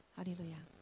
Hallelujah